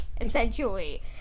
essentially